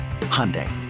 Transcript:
Hyundai